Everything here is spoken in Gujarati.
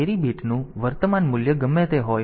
તેથી કેરી બીટનું વર્તમાન મૂલ્ય ગમે તે હોય